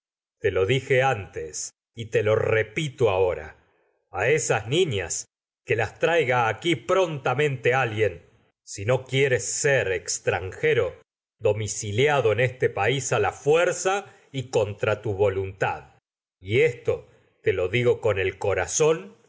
te lo dije antes y te repito ahora a esas niñas que las traiga aquí prontamente alguien si no x f edipo en colono í quieres fuerza ser y extranjero tu domiciliado en este lo país a la contra voluntad y esto con te digo con el corazón